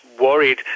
worried